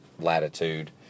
latitude